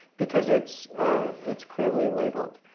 because it's it's clearly labeled.